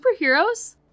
superheroes